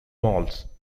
malls